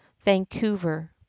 Vancouver